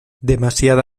demasiada